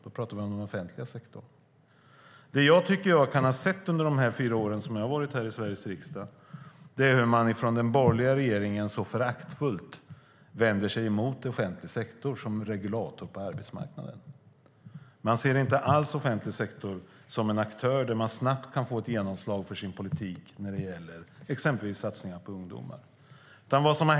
Då talar vi om den offentliga sektorn. Under de fyra åren som jag har varit här i Sveriges riksdag har jag kunnat se hur den borgerliga regeringen föraktfullt vänder sig emot offentlig sektor som regulator på arbetsmarknaden. De ser inte alls offentlig sektor som en aktör där man snabbt kan få genomslag för sin politik när det gäller exempelvis satsningar på ungdomar.